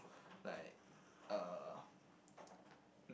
like uh